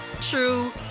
true